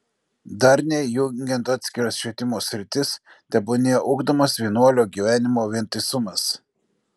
darniai jungiant atskiras švietimo sritis tebūnie ugdomas vienuolio gyvenimo vientisumas